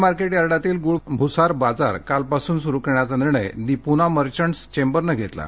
Pune market यार्डातील गुळ भुसार बाजार कालपासून सुरू करण्याचा निर्णय दि पुना मर्चट्स चेंबरने घेतला आहे